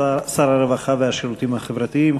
שר הרווחה והשירותים החברתיים,